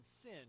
sin